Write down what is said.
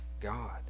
God